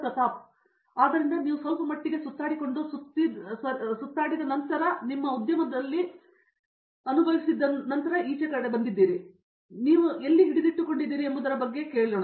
ಪ್ರತಾಪ್ ಹರಿದಾಸ್ ಆದ್ದರಿಂದ ನೀವು ಇಲ್ಲಿ ಸ್ವಲ್ಪಮಟ್ಟಿಗೆ ಸುತ್ತಾಡಿಕೊಂಡು ಸುತ್ತಲೂ ಮತ್ತು ನಂತರ ಸರಿಸಲು ಆದರೆ ನಿಮ್ಮನ್ನು ಉದ್ಯಮದಲ್ಲಿ ನೀವು ಎಲ್ಲಿ ಹಿಡಿದಿಟ್ಟುಕೊಂಡಿದ್ದೀರಿ ಎಂಬುದರ ಬಗ್ಗೆ ನನ್ನನ್ನು ಕೇಳೋಣ